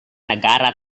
negara